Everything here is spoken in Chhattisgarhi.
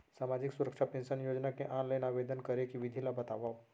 सामाजिक सुरक्षा पेंशन योजना के ऑनलाइन आवेदन करे के विधि ला बतावव